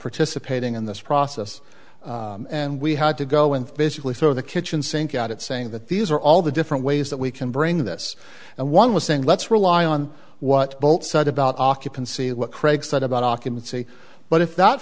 participating in this process and we had to go and basically throw the kitchen sink at it saying that these are all the different ways that we can bring this and one was saying let's rely on what both said about occupancy what craig said about occupancy but if that